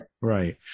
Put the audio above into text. Right